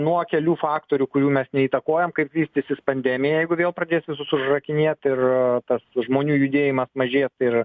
nuo kelių faktorių kurių mes neįtakojam kaip vystysis pandemija jeigu vėl pradės visus užrakinėt ir tas žmonių judėjimas mažės ir